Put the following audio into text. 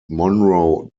monroe